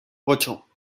ocho